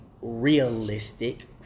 realistic